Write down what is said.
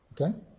Okay